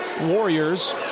Warriors